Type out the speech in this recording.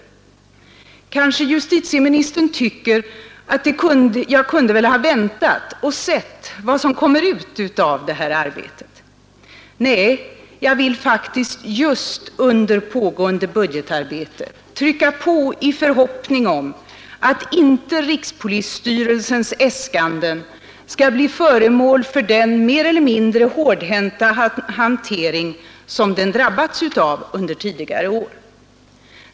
Justitieministern tycker kanske att jag kunde ha väntat och sett vad som kommer ut av det arbetet. Nej, jag vill faktiskt just under pågående budgetarbete trycka på i förhoppning om att inte rikspolisstyrelsens äskanden skall bli föremål för den mer eller mindre hårdhänta hantering som de drabbats av under tidigare år.